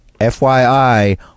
FYI